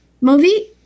movie